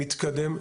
מתקדם,